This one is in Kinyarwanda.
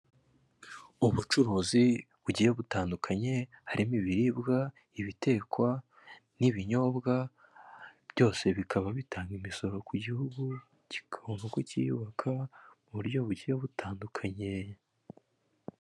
Ubucuruzi bugiye butandukanye, harimo ibiribwa, ibitekwa n'ibinyobwa, byose bikaba bitanga imisoro ku gihugu kigomba ku kiyubaka, mu buryo bugiye butandukanye.